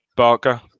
Barker